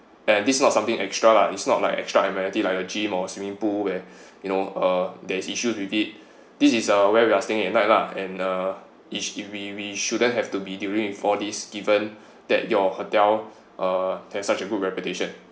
and this not something extra lah is not like extra amenities like your gym or swimming pool where you know uh there's issues with it this is where we are staying at night lah and uh is~ which we we shouldn't have to be dealing with all this given that your hotel uh has such a good reputation